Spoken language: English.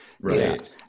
Right